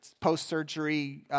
post-surgery